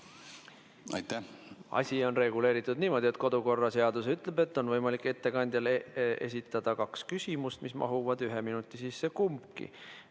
Asi on reguleeritud niimoodi, et kodukorraseadus ütleb, et on võimalik ettekandjale esitada kaks küsimust, mis kumbki mahuvad ühe minuti sisse.